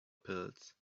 pills